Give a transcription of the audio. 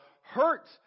hurt